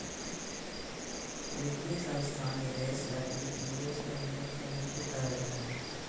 वित्तीय संस्थान निवेश लगी निवेश प्रबंधक के नियुक्ति करल जा हय